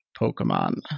Pokemon